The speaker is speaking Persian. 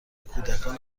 کودکان